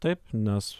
taip nes